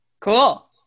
Cool